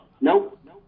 Nope